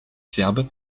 serbe